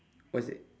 what's that